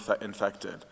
infected